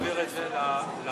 אם תוכל להעביר את זה לוועדה.